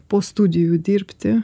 po studijų dirbti